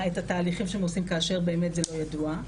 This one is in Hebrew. התהליכים שהם עושים כאשר זה באמת לא ידוע.